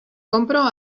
compro